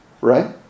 right